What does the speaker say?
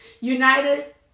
United